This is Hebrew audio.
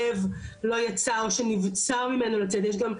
יש גם נסיבות שבהם עובד רצה לצאת אבל נבצר ממנו,